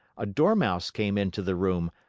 a dormouse came into the room,